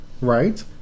Right